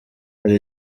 hari